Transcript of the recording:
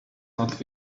not